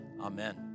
amen